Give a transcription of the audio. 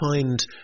find